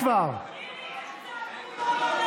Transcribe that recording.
אינו נוכח